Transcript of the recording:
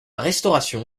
restauration